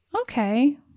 okay